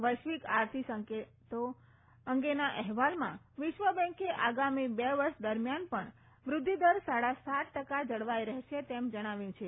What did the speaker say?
વૈશ્વિક આર્થિક સંકેતો અંગેના અહેવાલમાં વિશ્વ બેન્કે આગામી બે વર્ષ દરમિયાન પણ વૃદ્વિદર સાડા સાત ટકા જળવાઈ રફેશે તેમ જણાવ્યું છે